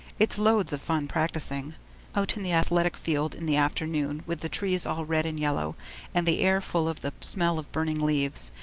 it's loads of fun practising out in the athletic field in the afternoon with the trees all red and yellow and the air full of the smell of burning leaves,